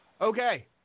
Okay